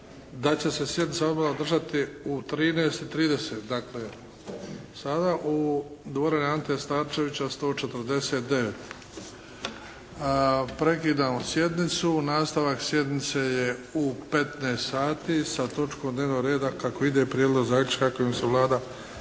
da će se sjednica Odbora održati u 13,30, dakle sada u dvorani "Ante Starčevića" 149. Prekidam sjednicu. Nastavak sjednice je u 15,00 sati sa točkom dnevnog reda kako ide Prijedlog zaključka kojim se Vlada